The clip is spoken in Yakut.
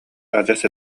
адьас